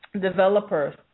developers